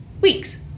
weeks